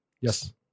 Yes